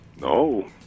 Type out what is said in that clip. No